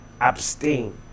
abstain